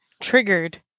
triggered